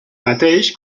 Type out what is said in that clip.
mateix